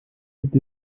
gibt